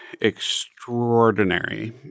extraordinary